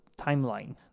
timeline